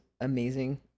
amazing